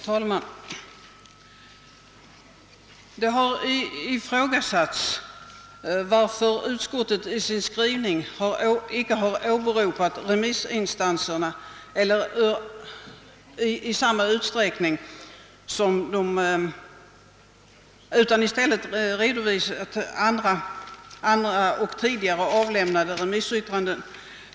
Herr talman! Det har frågats varför utskottet i sin skrivning icke har åberopat remissinstanserna i samma utsträckning som vanligt utan i stället redovisat andra och tidigare avlämnade remissyttranden.